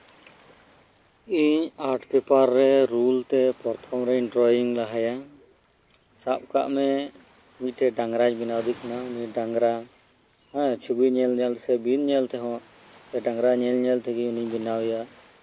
ᱤᱧ art paper ᱮ roll ᱛᱮ ᱯᱨᱚᱛᱷᱚᱢ ᱤᱧ ᱰᱨᱚᱭᱤᱝ ᱞᱟᱦᱟᱭᱟ ᱥᱟᱵ ᱠᱟᱜ ᱢᱮ ᱢᱤᱫ ᱴᱮᱱ ᱰᱟᱝᱨᱟᱧ ᱵᱮᱱᱟᱣ ᱮᱫᱮ ᱠᱟᱱᱟ ᱩᱱᱤ ᱰᱟᱝᱨᱟ ᱪᱷᱚᱵᱤ ᱧᱮᱞ ᱧᱮᱞᱛᱮ ᱥᱮ ᱵᱤᱱ ᱛᱮᱦᱚᱸ ᱥᱮ ᱰᱟᱝᱨᱟ ᱧᱮᱞ ᱧᱮᱞ ᱛᱮᱜᱮ ᱩᱱᱤᱧ ᱵᱮᱱᱟᱣᱮᱭᱟ